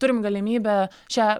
turim galimybę čia